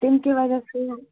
تمہِ کہِ وجہ